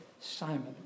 Simon